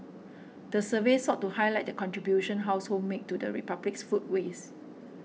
the survey sought to highlight the contribution households make to the Republic's food waste